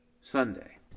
Sunday